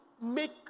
make